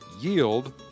yield